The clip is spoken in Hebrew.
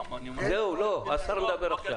עכשיו השר מדבר.